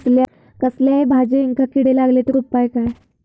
कसल्याय भाजायेंका किडे लागले तर उपाय काय?